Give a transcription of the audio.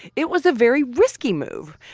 it was a very risky move.